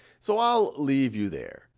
so i'll leave you there.